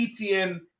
ETN